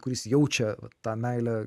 kuris jaučia tą meilę